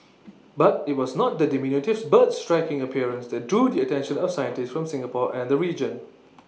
but IT was not the diminutive bird's striking appearance that drew the attention of scientists from Singapore and the region